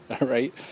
right